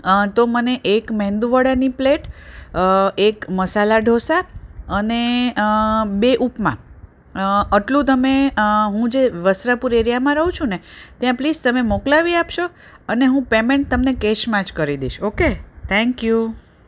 તો મને એક મેંદુવડાની પ્લેટ એક મસાલા ઢોંસા અને બે ઉપમા આટલું તમે હું જે વસ્ત્રાપુર એરિયામાં રહું છું ને ત્યાં પ્લીસ તમે મોકલાવી આપશો અને હું પેમેન્ટ તમને કૅશમાં જ કરી દઇશ ઓકે થેન્ક યુ